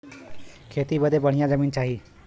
खेती बदे बढ़िया जमीन चाही